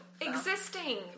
Existing